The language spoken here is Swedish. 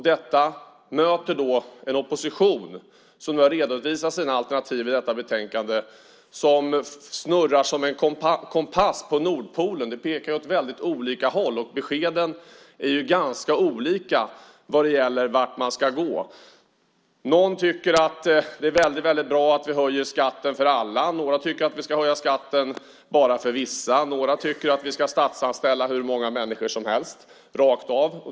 Detta möter då en opposition som har redovisat sina alternativ i detta betänkande med besked som är så olika vad gäller vart man ska gå att de snurrar som en kompass på Nordpolen. De pekar åt väldigt olika håll. Någon tycker att det är mycket bra att vi höjer skatten för alla. Några tycker att vi ska höja skatten bara för vissa. Några tycker att vi ska statsanställa hur många människor som helst, rakt av.